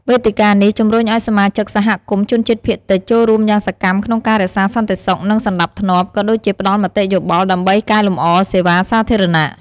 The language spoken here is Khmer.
វេទិកានេះជំរុញឲ្យសមាជិកសហគមន៍ជនជាតិភាគតិចចូលរួមយ៉ាងសកម្មក្នុងការរក្សាសន្តិសុខ និងសណ្ដាប់ធ្នាប់ ក៏ដូចជាផ្តល់មតិយោបល់ដើម្បីកែលម្អសេវាសាធារណៈ។